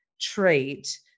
trait